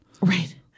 Right